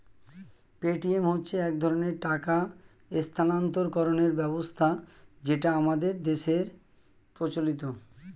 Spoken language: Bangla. পেটিএম হচ্ছে এক ধরনের টাকা স্থানান্তরকরণের ব্যবস্থা যেটা আমাদের দেশের প্রচলিত